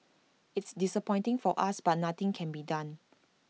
it's disappointing for us but nothing can be done